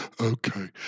Okay